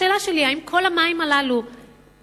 השאלה שלי: האם כל המים הללו נאגרו